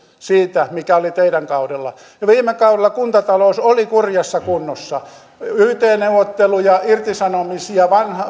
siitä mikä oli teidän kaudellanne viime kaudella kuntatalous oli kurjassa kunnossa yt neuvotteluja irtisanomisia